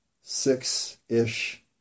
six-ish